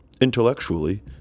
intellectually